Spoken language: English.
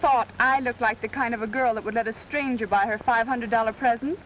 thought i looked like the kind of a girl that would let a stranger buy a five hundred dollar present